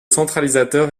centralisateur